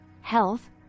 health